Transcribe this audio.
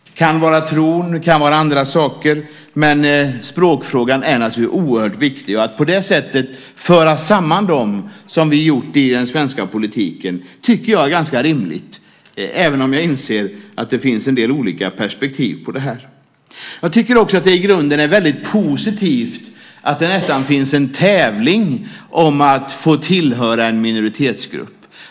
Det kan vara tron och andra saker, men språkfrågan är oerhört viktig. Att på det sättet föra samman dem som vi har gjort i den svenska politiken tycker jag är ganska rimligt även om vi inser att det finns en del olika perspektiv. Jag tycker också att det i grunden är väldigt positivt att det nästan finns en tävling om att få tillhöra en minoritetsgrupp.